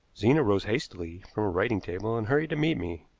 zena rose hastily from a writing-table and hurried to meet me.